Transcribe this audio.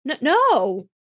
no